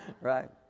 right